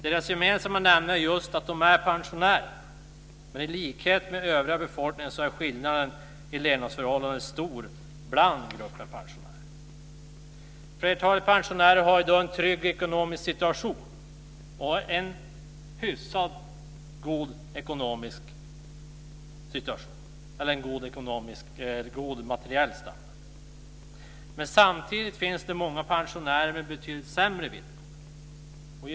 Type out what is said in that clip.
Deras gemensamma nämnare är just att de är pensionärer, men i likhet med vad som gäller för den övriga befolkningen är skillnaden i levnadsförhållanden stor inom gruppen av pensionärer. Flertalet pensionärer har i dag en trygg ekonomisk situation och en hyfsat god materiell standard. Samtidigt finns det många pensionärer som har betydligt sämre villkor.